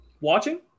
Watching